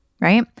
right